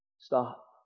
Stop